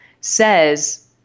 says